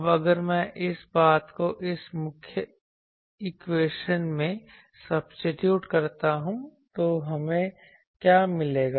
अब अगर मैं इस बात को इस मुख्य इक्वेशन में सब्सीट्यूट करता हूं तो हमें क्या मिलेगा